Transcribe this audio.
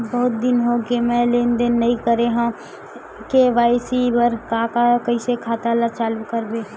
बहुत दिन हो गए मैं लेनदेन नई करे हाव के.वाई.सी बर का का कइसे खाता ला चालू करेबर?